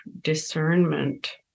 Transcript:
discernment